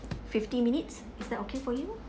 fifty minutes is that okay for you